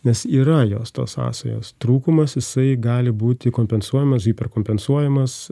nes yra jos tos sąsajos trūkumas jisai gali būti kompensuojamas hiperkompensuojamas